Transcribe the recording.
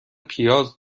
پیاز